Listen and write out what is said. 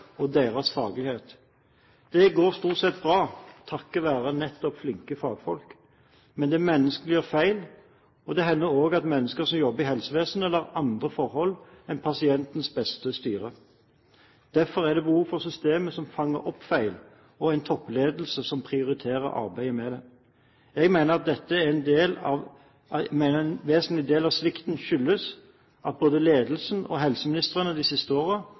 og deres faglighet. Det går stort sett bra, takket være nettopp flinke fagfolk. Men det er menneskelig å gjøre feil, og det hender også at mennesker som jobber i helsevesenet, lar andre forhold enn pasientens beste styre. Derfor er det behov for systemer som fanger opp feil, og en toppledelse som prioriterer arbeidet med dette. Jeg mener at en vesentlig del av svikten skyldes at både ledelsen og helseministrene de siste